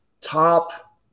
top –